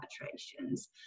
arbitrations